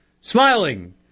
smiling